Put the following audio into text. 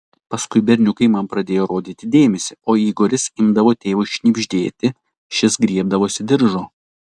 paskui berniukai man pradėjo rodyti dėmesį o igoris imdavo tėvui šnibždėti šis griebdavosi diržo